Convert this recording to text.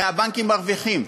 הרי הבנקים מרוויחים,